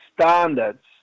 standards